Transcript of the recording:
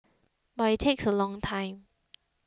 but it takes a long time